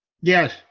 Yes